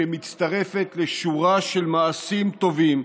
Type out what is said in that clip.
שהיא מצטרפת לשורה של מעשים טובים,